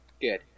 good